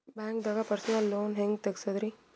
ಬ್ಯಾಂಕ್ದಾಗ personal loan ಹೆಂಗ್ ತಗ್ಸದ್ರಿ?